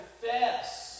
confess